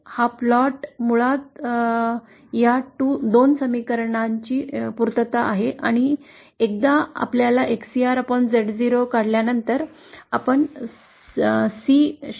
हा प्लॉट मुळात या 2 समीकरणाची पूर्तता आहे आणि एकदा आपल्याला XcrZ0 कळल्यानंतर आपण C शोधू शकतो